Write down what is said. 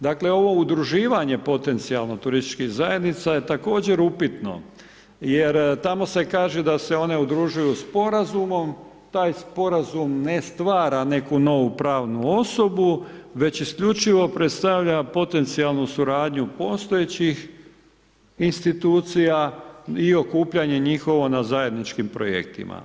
Dakle ovo udruživanje potencijalno turističkih zajednica je također upitno jer tamo se kaže da se one udružuju sporazumom, taj sporazum ne stvara neku novu pravnu osobu već isključivo predstavlja potencijalnu suradnju postojećih institucija i okupljanje njihovo na zajedničkim projektima.